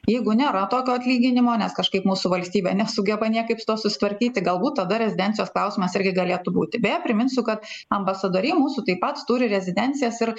jeigu nėra tokio atlyginimo nes kažkaip mūsų valstybė nesugeba niekaip su tuo susitvarkyti galbūt tada rezidencijos klausimas irgi galėtų būti beje priminsiu kad ambasadoriai mūsų taip pat turi rezidencijas ir